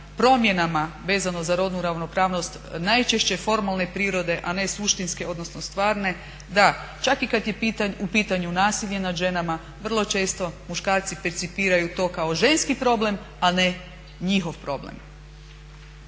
promjenama vezano za rodnu ravnopravnost najčešće formalne prirode, a ne suštinske odnosno stvarne. Da, čak i kad je u pitanju nasilje nad ženama vrlo često muškarci percipiraju to kao ženski problem, a ne njihov problem.